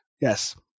Yes